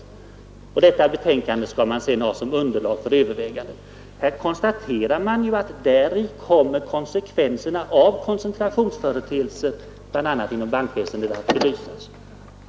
Detta betänkande skall man sedan ha som underlag för överväganden. Det konstateras alltså att konsekvenserna av koncentrationsföreteelser bl.a. inom bankväsendet kommer att behandlas i betänkandet.